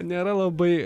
nėra labai